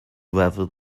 whether